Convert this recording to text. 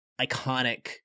iconic